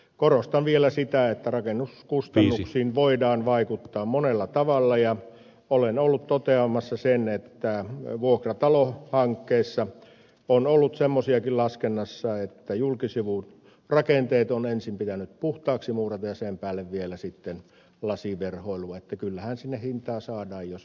korostan vielä sitä että rakennuskustannuksiin voidaan vaikuttaa monella tavalla ja olen ollut toteamassa sen että vuokratalohankkeissa on ollut semmoisiakin laskennassa että julkisivurakenteet on ensin pitänyt puhtaaksimuurata ja sen päälle vielä sitten lasiverhoilu että kyllähän sinne hintaa saadaan jos halutaan